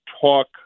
talk